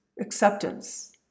acceptance